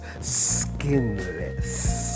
skinless